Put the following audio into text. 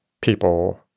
people